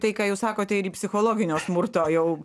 tai ką jūs sakote ir į psichologinio smurto jau